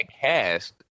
cast